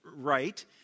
right